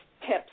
tips